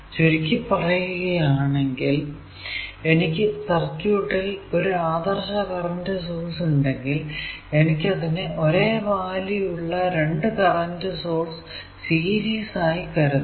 ചുരുക്കി പറയുകയാണെങ്കിൽ എനിക്ക് സർക്യൂട്ടിൽ ഒരു ആദർശ കറന്റ് സോഴ്സ് ഉണ്ടെങ്കിൽ എനിക്കതിനെ ഒരേ വാല്യൂ ഉള്ള രണ്ടു കറന്റ് സോഴ്സ് സീരീസ് ആയി കരുതാം